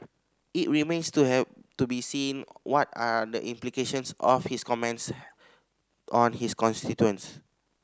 it remains to have to be seen what are the implications of his comments on his constituents